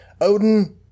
Odin